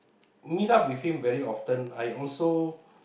meet up with him very often I also